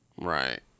Right